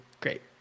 Great